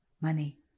money